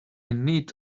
need